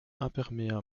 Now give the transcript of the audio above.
imperméable